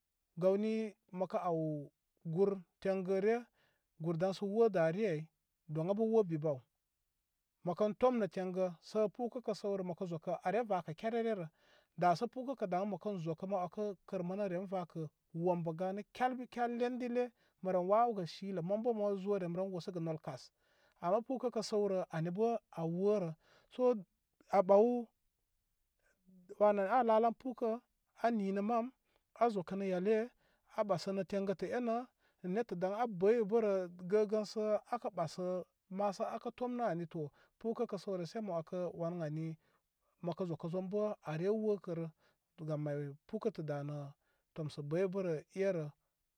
Gawni makə aw gur tengəre gur daŋsə wo dare ay doŋa bə wo bibaw. Mokən tomnə tengə sə oukə kə səwrə mə kə zəkə are vakə kerererə da sə pukə kə daŋ məkən zakə mə wəka kar mənə ren vakə wombə gani kelbikel lendi le mə ren wawəgə shilə mən bə ma zo reni ren wosəgə nol kas ama puka kə səwrə ani bə a worə so a ɓawwanə a lalan pukə a ninə mam a zəkənə yalle a basənə tengə tə enə nə nettə daŋ abəybəra gəgən sə akə ɓəsə masə aka tomnə ani to pukə səwrə sey mən wəkə wan ən ani məkə zokə zon bə are wokərə sam ay puka kə danə tomsə bəybərə se erə.